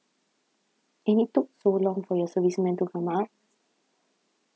and it took so long for your service man to come up